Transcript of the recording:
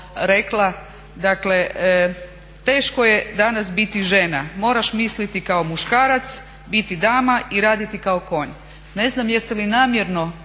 rekla dakle teško je danas biti žena, moraš misliti kao muškarac, biti dama i raditi kao konj. Ne znam jeste li namjerno